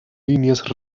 líneas